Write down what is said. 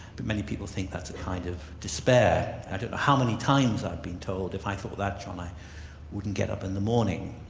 but many people think that's a kind of despair, i don't know how many times i've been told if i thought that john i wouldn't get up in the morning.